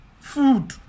food